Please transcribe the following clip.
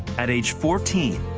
at age fourteen,